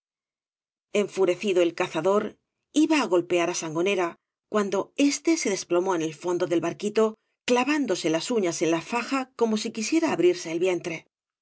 enfurecido el cazador iba á golpear á sango ñera cuando éste ee desplomó en el fondo dei barquito clavándose las uñas en la faja como si quisiera abrirse el vientre